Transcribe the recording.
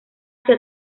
hacia